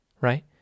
right